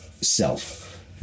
self